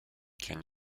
can